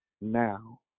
now